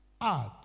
add